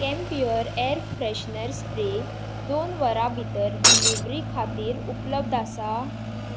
Campure air freshener spray दोन वरां भितर डिलिव्हरी खातीर उपलब्ध आसा